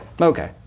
Okay